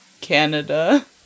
Canada